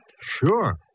Sure